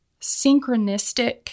synchronistic